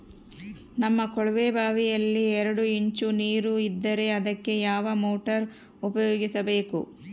ನಮ್ಮ ಕೊಳವೆಬಾವಿಯಲ್ಲಿ ಎರಡು ಇಂಚು ನೇರು ಇದ್ದರೆ ಅದಕ್ಕೆ ಯಾವ ಮೋಟಾರ್ ಉಪಯೋಗಿಸಬೇಕು?